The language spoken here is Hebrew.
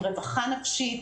עם רווחה נפשית.